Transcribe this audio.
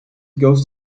goes